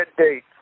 date